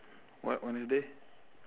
what wednesday